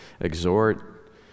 exhort